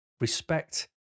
Respect